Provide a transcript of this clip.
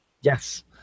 Yes